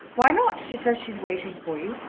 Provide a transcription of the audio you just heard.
why not? she says she's waiting for you,